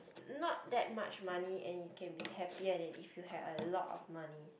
not that much money and you can be happy and if you have a lot of money